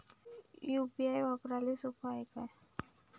UPI वापराले सोप हाय का?